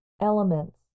elements